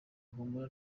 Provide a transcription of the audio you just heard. humura